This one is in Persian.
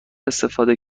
استفاده